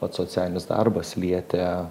pats socialinis darbas lietė